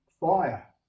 fire